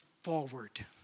forward